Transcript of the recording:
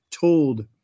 told